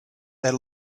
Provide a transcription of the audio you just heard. their